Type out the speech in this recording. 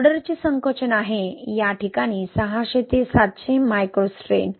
ऑर्डरचे संकोचन आहे या ठिकाणी 600 ते 700 मायक्रो स्ट्रेन